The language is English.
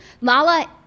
Lala